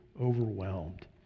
overwhelmed